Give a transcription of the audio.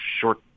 short